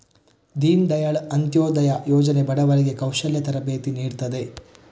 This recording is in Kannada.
ದೀನ್ ದಯಾಳ್ ಅಂತ್ಯೋದಯ ಯೋಜನೆ ಬಡವರಿಗೆ ಕೌಶಲ್ಯ ತರಬೇತಿ ನೀಡ್ತದೆ